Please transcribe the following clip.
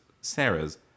Sarah's